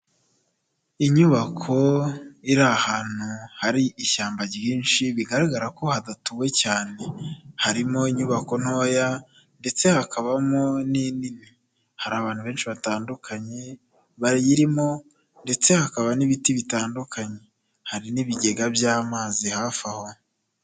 Inyubako iri ahantu hari ishyamba ryinshi bigaragara ko hadatuwe cyane. Harimo inyubako ntoya ndetse hakabamo n'inini. Hari abantu benshi batandukanye bayirimo ndetse hakaba n'ibiti bitandukanye. Hari n'ibigega by'amazi hafi aho.